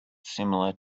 similar